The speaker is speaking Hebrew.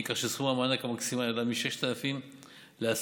כך שסכום המענק המקסימלי הועלה מ-6,000 ל-10,500,